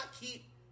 keep